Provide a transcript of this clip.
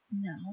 No